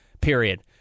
period